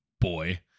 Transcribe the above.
boy